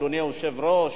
אדוני היושב-ראש,